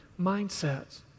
mindsets